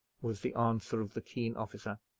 was the answer of the keen officer.